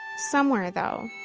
somewhere, though,